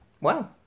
Wow